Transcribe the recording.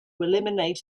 eliminate